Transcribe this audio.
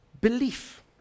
belief